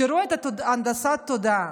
תראו את הנדסת התודעה.